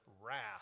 wrath